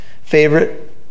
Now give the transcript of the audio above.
favorite